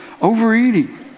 overeating